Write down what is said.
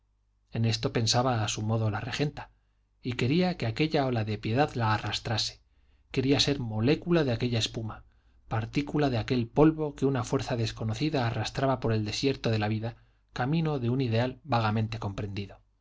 en esto pensaba a su modo la regenta y quería que aquella ola de piedad la arrastrase quería ser molécula de aquella espuma partícula de aquel polvo que una fuerza desconocida arrastraba por el desierto de la vida camino de un ideal vagamente comprendido